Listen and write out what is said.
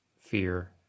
fear